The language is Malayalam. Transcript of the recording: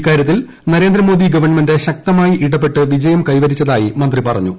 ഇക്കാര്യത്തിൽ നരേന്ദ്രമോദി ഗവൺമെന്റ് ശക്തമായി ഇടപെട്ട് വിജയം കൈവരിച്ചതായി മന്ത്രി പറഞ്ഞു